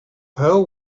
pearl